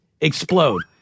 Explode